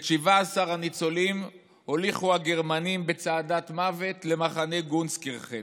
את 17,000 הניצולים הוליכו הגרמנים בצעדת מוות למחנה גונסקירכן.